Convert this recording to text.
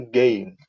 game